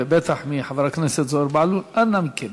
ובטח מחבר הכנסת זוהיר בהלול: אנא מכם,